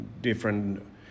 different